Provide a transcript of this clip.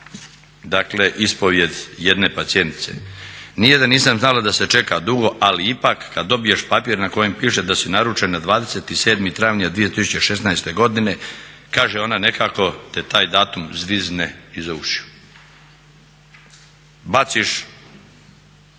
dakle ispovijed jedne pacijentice "Nije da nisam znala da se čeka dugo, ali ipak kad dobiješ papir na kojem piše da si naručen 27. travnja 2016. godine kaže ona nekako te taj datum zvizne iza ušiju. Baciš